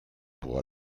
pour